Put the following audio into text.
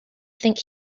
think